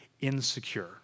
insecure